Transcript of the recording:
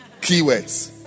keywords